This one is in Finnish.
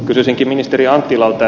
kysyisinkin ministeri anttilalta